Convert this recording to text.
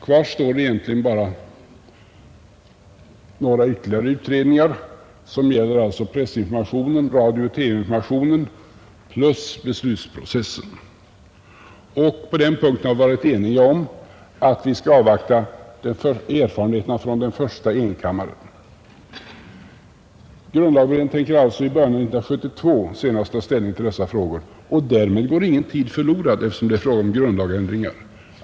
Kvar står egentligen bara några ytterligare utredningar som gäller pressinformation, radiooch TV-information plus beslutsprocessen. På den punkten har vi varit eniga om att vi skall avvakta erfarenheterna från den första enkammaren. Grundlagberedningen tänker alltså senast i början av 1972 ta ställning till dessa frågor. Därigenom går ingen tid förlorad, eftersom det är fråga om grundlagsändringar.